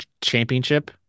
championship